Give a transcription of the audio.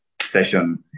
session